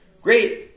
Great